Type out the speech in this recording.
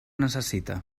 necessita